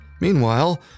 Meanwhile